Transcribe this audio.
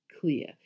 clear